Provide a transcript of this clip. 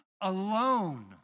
alone